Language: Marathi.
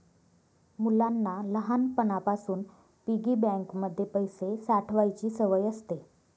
मुलांना लहानपणापासून पिगी बँक मध्ये पैसे साठवायची सवय असते